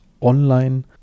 online